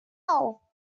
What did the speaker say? tell